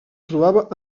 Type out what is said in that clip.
trobava